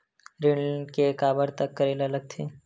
ऋण के काबर तक करेला लगथे?